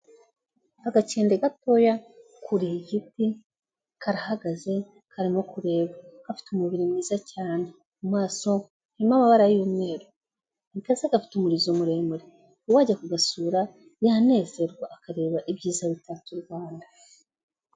Agakende gatoya kuriye igiti. Karahagaze, karimo kureba, gafite umubiri mwiza cyane. Mu maso ho hari amabara y'umweru ndetse gafite umurizo muremure. Uwajya kugasura yanezerwa akareba ibyiza bitatse u Rwanda.